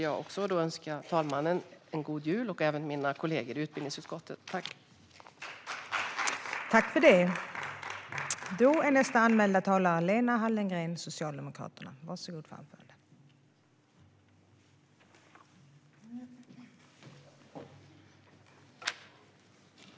Jag önskar fru talmannen och mina kollegor i utbildningsutskottet god jul.